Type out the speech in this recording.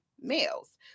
males